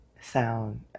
sound